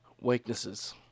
Weaknesses